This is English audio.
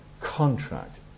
contract